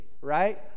right